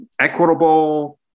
equitable